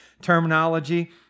terminology